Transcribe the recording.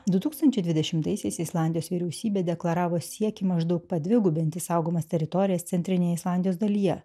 du tūkstančiai dvidešimtaisiais islandijos vyriausybė deklaravo siekį maždaug padvigubinti saugomas teritorijas centrinėj islandijos dalyje